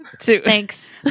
thanks